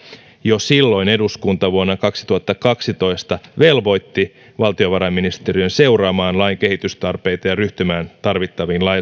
jo silloin vuonna kaksituhattakaksitoista eduskunta velvoitti valtiovarainministeriön seuraamaan lain kehitystarpeita ja ryhtymään tarvittaviin